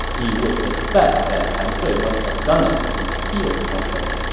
he would suspect that han sui must have done it to conceal something.